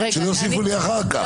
שלא יוסיפו אחר כך.